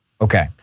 Okay